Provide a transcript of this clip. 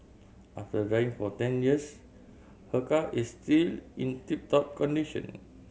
after driving for ten years her car is still in tip top condition